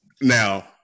now